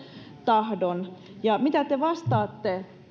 tahdon ja mitä te vastaatte